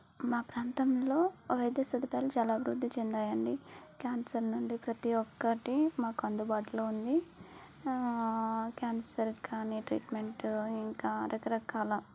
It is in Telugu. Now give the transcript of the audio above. మా ప్రాంతంలో వైద్య సదుపాయాలు చాలా అభివృద్ది చెందాయి అండి క్యాన్సర్ నుండి ప్రతీ ఒక్కటి మాకు అందుబాటులో ఉంది క్యాన్సర్కు కానీ ట్రీట్మెంటు ఇంకా రకరకాల